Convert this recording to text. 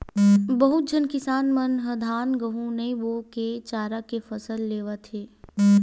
बहुत झन किसान मन ह धान, गहूँ नइ बो के चारा के फसल लेवत हे